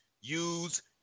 use